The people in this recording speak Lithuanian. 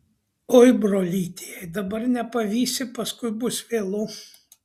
oi brolyti jei dabar nepavysi paskui bus vėlu